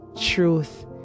truth